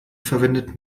verwendet